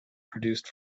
produced